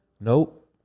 Nope